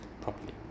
properly